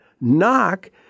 Knock